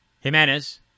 Jimenez